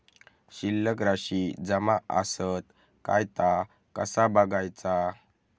शिल्लक राशी जमा आसत काय ता कसा बगायचा?